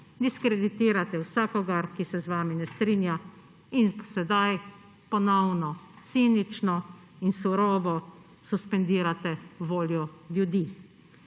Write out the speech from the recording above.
diskreditirate vsakogar, ki se z vami ne strinja, in sedaj ponovno cinično in surovo suspendirate voljo ljudi.